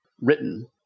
written